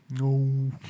No